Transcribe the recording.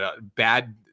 bad